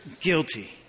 guilty